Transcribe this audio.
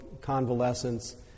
convalescence